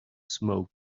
smoke